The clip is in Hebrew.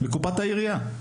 מקופת העירייה.